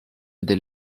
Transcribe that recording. del